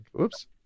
Oops